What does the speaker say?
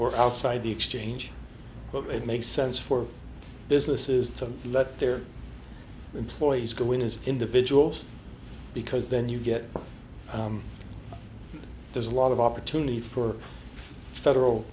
or outside the exchange but it makes sense for businesses to let their employees go in as individuals because then you get there's a lot of opportunity for federal